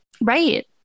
Right